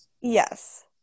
Yes